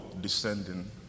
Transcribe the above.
descending